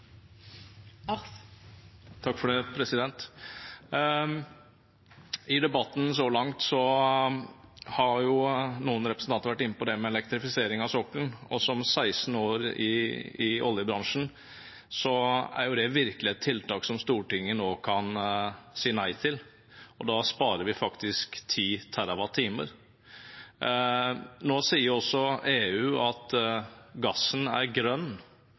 med elektrifisering av sokkelen, og etter 16 år i oljebransjen mener jeg det virkelig er et tiltak som Stortinget nå kan si nei til. Da sparer vi faktisk 10 TWh. Nå sier også EU at gassen er grønn,